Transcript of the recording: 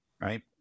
right